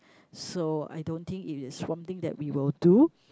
so I don't think it is one thing that we will do